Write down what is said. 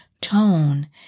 tone